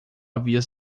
havia